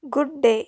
good day